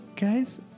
guys